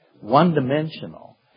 one-dimensional